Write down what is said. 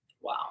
Wow